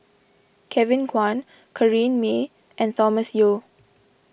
Kevin Kwan Corrinne May and Thomas Yeo